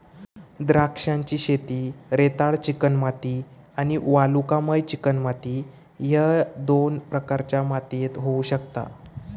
द्राक्षांची शेती रेताळ चिकणमाती आणि वालुकामय चिकणमाती ह्य दोन प्रकारच्या मातीयेत होऊ शकता